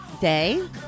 day